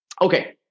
Okay